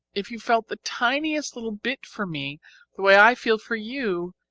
if you felt the tiniest little bit for me the way i feel for you,